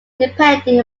depending